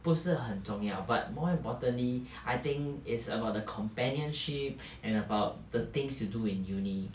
不是很重要 but more importantly I think it's about the companionship and about the things to do in uni